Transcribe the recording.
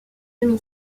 demi